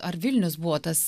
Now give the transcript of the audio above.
ar vilnius buvo tas